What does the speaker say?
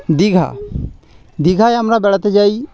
দীঘা দীঘায় আমরা বেড়াতে যাই